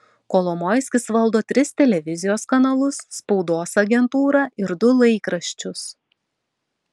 kolomoiskis valdo tris televizijos kanalus spaudos agentūrą ir du laikraščius